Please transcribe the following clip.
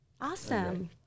Awesome